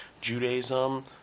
Judaism